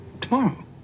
tomorrow